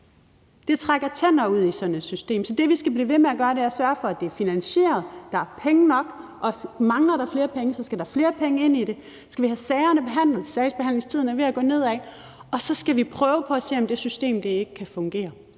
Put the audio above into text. Det trækker tænder ud i sådan et system. Så det, vi skal blive ved med at gøre, er at sørge for, at det er finansieret, at der er penge nok, og mangler der flere penge, skal der flere penge ind i det. Vi skal have sagerne behandlet. Sagsbehandlingstiden er ved at gå ned. Og så skal vi prøve på at se, om det system ikke kan fungere.